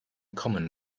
common